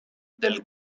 del